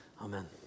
Amen